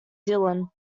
dillon